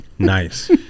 Nice